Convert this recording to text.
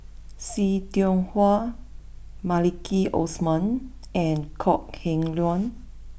see Tiong Wah Maliki Osman and Kok Heng Leun